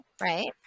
right